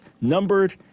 numbered